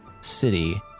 city